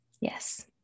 yes